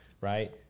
right